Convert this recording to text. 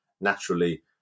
naturally